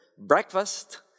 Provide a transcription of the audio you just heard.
Breakfast